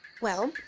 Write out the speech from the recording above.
well,